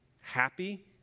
happy